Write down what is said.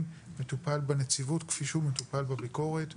מטופל בנציבות כפי שהוא מטופל בביקורת.